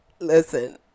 Listen